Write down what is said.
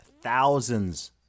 thousands